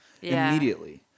immediately